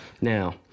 Now